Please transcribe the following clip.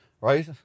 right